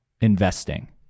investing